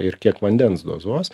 ir kiek vandens dozuos